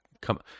come